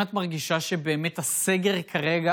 סמנכ"ל בחברת